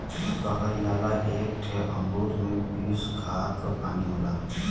कहल जाला एक एक ठे अमरूद में बीस घड़ा क पानी होला